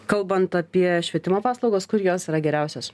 kalbant apie švietimo paslaugas kur jos yra geriausios